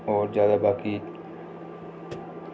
होर जादै बाकी